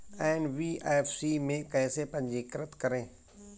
NBFC में कैसे पंजीकृत करें?